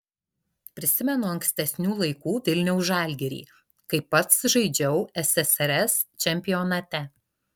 prisimenu ankstesnių laikų vilniaus žalgirį kai pats žaidžiau ssrs čempionate